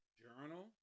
journal